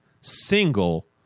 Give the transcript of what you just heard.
single